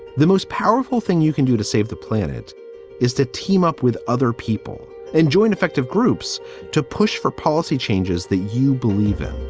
the most powerful thing you can do to save the planet is to team up with other people and join effective groups to push for policy changes that you believe in